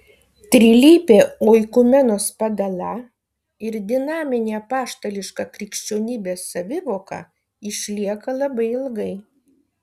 trilypė oikumenos padala ir dinaminė apaštališka krikščionybės savivoka išlieka labai ilgai